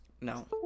No